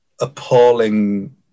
appalling